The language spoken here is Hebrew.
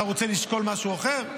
אתה רוצה לשקול משהו אחר?